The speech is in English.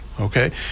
Okay